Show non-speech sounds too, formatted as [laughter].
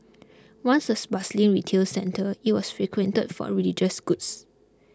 once a [unintelligible] bustling retail centre it was frequented for religious goods